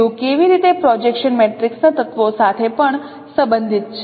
તેઓ કેવી રીતે પ્રોજેક્શન મેટ્રિસ ના તત્વો સાથે પણ સંબંધિત છે